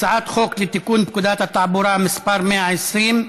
הצעת חוק לתיקון פקודת התעבורה (מס' 120),